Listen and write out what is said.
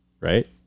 right